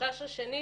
החשש השני,